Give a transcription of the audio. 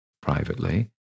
Privately